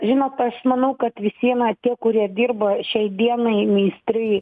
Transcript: žinot aš manau kad visi eina tie kurie dirba šiai dienai meistrai